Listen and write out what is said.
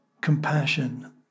compassion